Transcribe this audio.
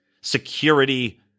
security